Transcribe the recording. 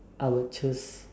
I would choose